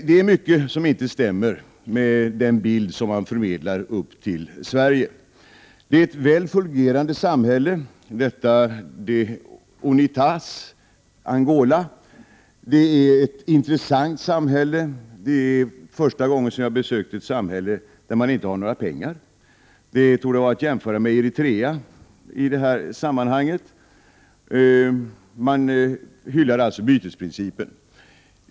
Det är mycket som inte stämmer med den bild man förmedlar upp till Sverige. Det är ett väl fungerande samhälle, detta Unitas Angola. Det är ett intressant samhälle. Detta var första gången jag besökte ett samhälle där man inte har några pengar. Det torde vara att jämföra med Eritrea i detta sammanhang. Man hyllar alltså bytesprincipen.